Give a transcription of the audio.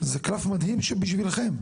זה קלף מדהים בשבילכם.